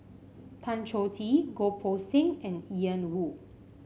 Tan Choh Tee Goh Poh Seng and Ian Woo